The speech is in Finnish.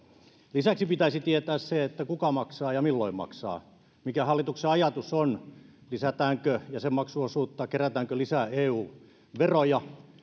lisäksi pitäisi tietää se kuka maksaa ja milloin maksaa mikä hallituksen ajatus on lisätäänkö jäsenmaksuosuutta kerätäänkö lisää eu veroja